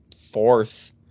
fourth